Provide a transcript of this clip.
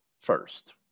first